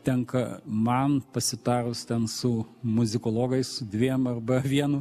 tenka man pasitarus ten su muzikologais dviem arba vienu